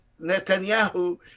Netanyahu